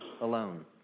alone